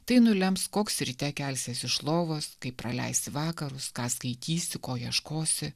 tai nulems koks ryte kelsies iš lovos kaip praleisi vakarus ką skaitysi ko ieškosi